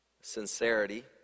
sincerity